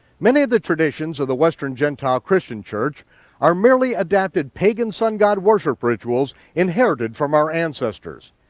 many of the traditions of the western gentile christian church are merely adapted pagan sun-god worship rituals, inherited from our ancestors.